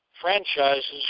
franchises